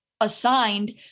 assigned